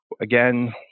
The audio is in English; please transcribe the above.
Again